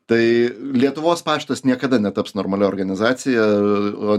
tai lietuvos paštas niekada netaps normalia organizacija o